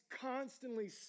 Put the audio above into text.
constantly